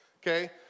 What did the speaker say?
okay